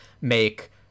make